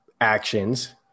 actions